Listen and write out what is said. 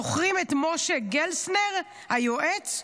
זוכרים את משה גלסנר היועץ?